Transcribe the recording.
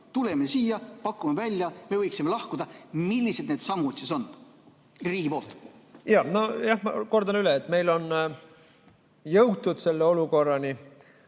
Tuleme siia, pakume välja, me võiksime lahkuda. Millised need sammud siis on riigi poolt? Jaa, ma kordan üle, et meil on jõutud selle olukorrani